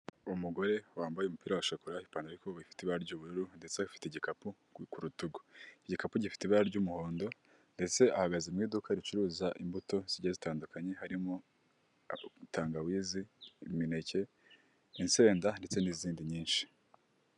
Umugore wambaye umupira washokora ipantaro bifite ibara ry'ubururu, ndetse afite igikapu ku rutugu. Igikapu gifite ibara ry'umuhondo ndetse ahagaze mu iduka ricuruza imbuto zijyiye zitandukanye harimo tangawizi, imineke, insenda ndetse n'izindi nyinshi.